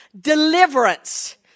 deliverance